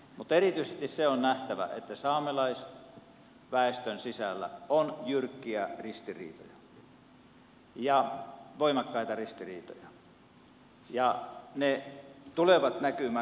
mutta erityisesti se on nähtävä että saamelaisväestön sisällä on jyrkkiä ristiriitoja voimakkaita ristiriitoja ja ne tulevat näkymään